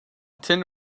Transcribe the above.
tin